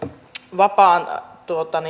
vapaan